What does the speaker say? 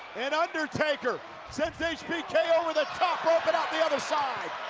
and undertaker sends hbk over the top rope and out the other side.